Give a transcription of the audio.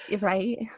Right